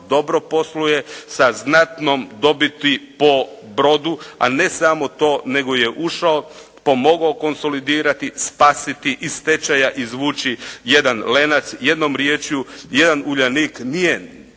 dobro sa znatnom dobiti po brodu, a ne samo to nego je ušao, pomogao konsolidirati, spasiti, iz stečaja izvući jedan "Lenac", jednom riječju, jedan "Uljanik" nije